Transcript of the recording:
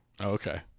okay